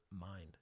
mind